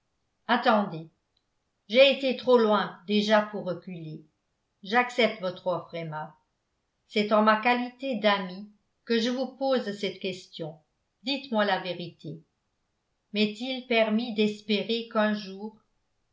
attendez j'ai été trop loin déjà pour reculer j'accepte votre offre emma c'est en ma qualité d'ami que je vous pose cette question dites-moi la vérité m'est-il permis d'espérer qu'un jour